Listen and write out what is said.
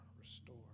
restore